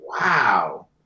Wow